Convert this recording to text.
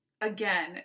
again